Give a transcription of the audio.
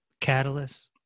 catalyst